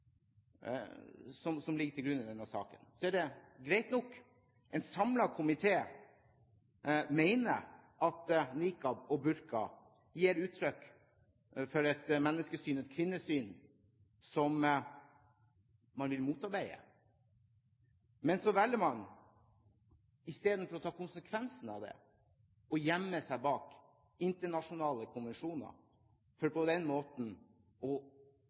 som ligger til grunn i denne saken, er de greie nok. En samlet komité mener at niqab og burka gir uttrykk for et kvinnesyn som man vil motarbeide. Men så velger man, istedenfor å ta konsekvensen av det, å gjemme seg bak internasjonale konvensjoner for på den måten å